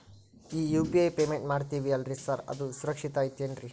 ಈ UPI payment ಮಾಡ್ತೇವಿ ಅಲ್ರಿ ಸಾರ್ ಅದು ಸುರಕ್ಷಿತ್ ಐತ್ ಏನ್ರಿ?